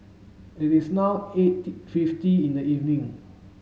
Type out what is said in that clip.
it is now eight fifty in the evening